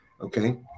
okay